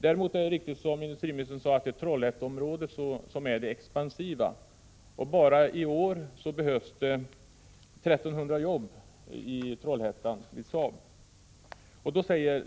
Däremot är det riktigt som industriministern sade, att Trollhätteområdet är det expansiva området. Enbart i år behövs det enligt länsarbetsnämnden 1 300 jobb i Trollhättan, närmare bestämt vid Saab.